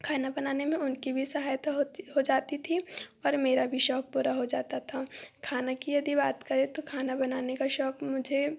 खाना बनाने में उनकी भी सहायता हो जाती थी और मेरा भी शौक पूरा हो जाता था खाने की यदि बात करें तो खाना बनाने का शौक मुझे